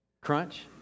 Crunch